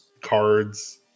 cards